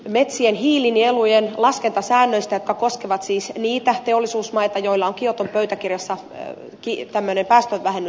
metsien hiilinielujen laskentasäännöistä jotka koskevat siis niitä teollisuusmaita joilla on kioton pöytäkirjassa hän kiittää menee päästä lähelle